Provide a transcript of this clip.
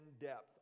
in-depth